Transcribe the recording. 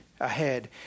ahead